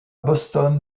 boston